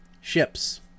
ships